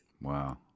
Wow